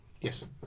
Yes